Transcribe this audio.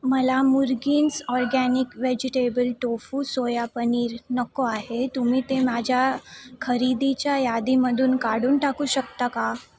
मला मुर्गिन्स organic vegetable tofu soya paneer नको आहे तुम्ही ते माझ्या खरेदीच्या यादीमधून काढून टाकू शकता का